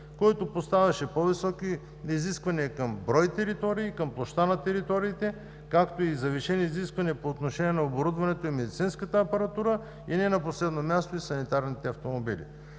което поставяше по-високи изисквания към брой територии, към площта на териториите, както и завишени изисквания по отношение на оборудването и медицинската апаратура и не на последно място санитарните автомобили.